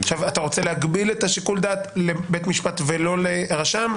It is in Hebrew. אתה רוצה להגביל את שיקול הדעת ולהפנות לבית המשפט ולא לרשם?